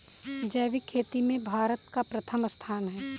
जैविक खेती में भारत का प्रथम स्थान है